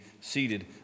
seated